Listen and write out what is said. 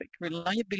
Reliability